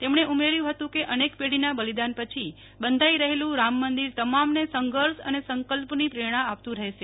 તેમણે ઉમેર્યું હતું કેઅનેક પેઢીના બલિદાન પછી બંધાઈ રહેલું રામ મંદિર તમામને સંઘર્ષ અને સંકલ્પની પ્રેરણા આપતું રહેશે